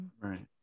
Right